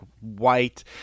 white